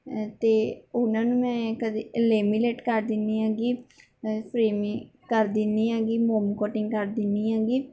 ਅਤੇ ਉਹਨਾਂ ਨੂੰ ਮੈਂ ਕਦੇ ਲੇਮੀਲੇਟ ਕਰ ਦਿੰਦੀ ਹੈਗੀ ਫ੍ਰੇਮੀ ਕਰ ਦਿੰਦੀ ਹੈਗੀ ਮੋਮ ਕੁਟਿੰਗ ਕਰ ਦਿੰਦੀ ਹੈਗੀ